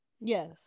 Yes